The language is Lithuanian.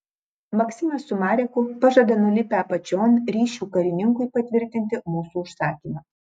maksimas su mareku pažada nulipę apačion ryšių karininkui patvirtinti mūsų užsakymą